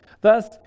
Thus